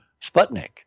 Sputnik